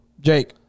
Jake